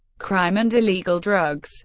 crime and illegal drugs